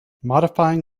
modifying